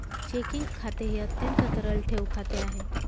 checking खाते हे अत्यंत तरल ठेव खाते आहे